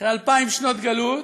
אחרי אלפיים שנות גלות,